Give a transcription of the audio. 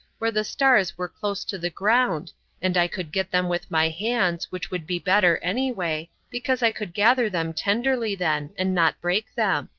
where the stars were close to the ground and i could get them with my hands, which would be better, anyway, because i could gather them tenderly then, and not break them.